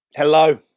Hello